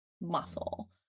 muscle